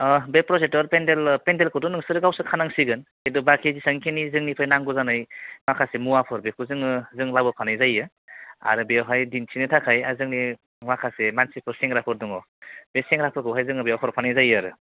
अह बे प्रजेक्टर पेनदेल पेनदेलखौथ' नोंसोरो गावसोर खानांसिगोन खिन्थु बाखि जेसेबांखिनि जोंनिफ्राय नांगौ जानाय माखासे मुवाफोर बेखौ जोङो जों लाबोफानाय जायो आरो बेवहाय दिन्थिनो थाखाय जोंनि माखासे मानसिफोर सेंग्राफोर दङ बे सेंग्राफोरखौहाय जोङो बेयाव हरफानाय जायो आरो